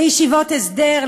לישיבות הסדר,